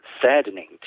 saddening